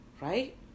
Right